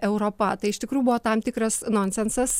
europa tai iš tikrųjų buvo tam tikras nonsensas